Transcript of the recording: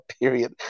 period